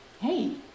hey